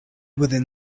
within